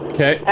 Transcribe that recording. Okay